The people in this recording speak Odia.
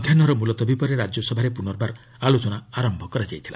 ମଧ୍ୟାହୁର ମ୍ବଲତବୀ ପରେ ରାଜ୍ୟସଭାରେ ପୁନର୍ବାର ଆଲୋଚନା ଆରମ୍ଭ ହୋଇଥିଲା